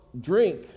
drink